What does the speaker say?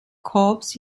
korps